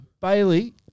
Bailey